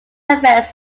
events